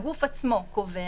הגוף עצמו קובע.